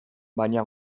baina